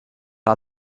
are